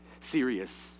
serious